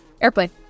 Airplane